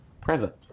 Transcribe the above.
Present